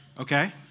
Okay